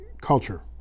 culture